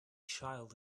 child